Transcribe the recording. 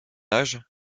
âge